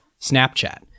Snapchat